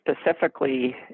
specifically